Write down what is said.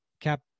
Cap